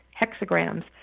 hexagrams